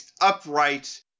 upright